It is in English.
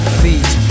feet